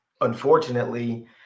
Unfortunately